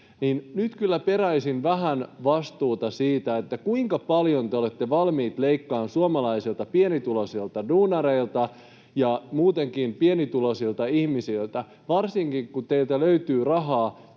Nyt kyllä peräisin vähän vastuuta siitä, kuinka paljon te olette valmiit leikkaamaan suomalaisilta pienituloisilta duunareilta ja muutenkin pienituloisilta ihmisiltä, varsinkin kun teiltä löytyy rahaa